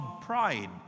pride